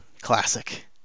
classic